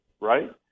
right